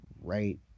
right